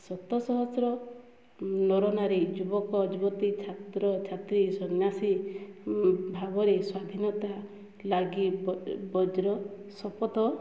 ଶତ ସହସ୍ର ନରନାରୀ ଯୁବକ ଯୁବତୀ ଛାତ୍ର ଛାତ୍ରୀ ସନ୍ନ୍ୟାସୀ ଭାବରେ ସ୍ୱାଧୀନତା ଲାଗି ବଜ୍ର ଶପଥ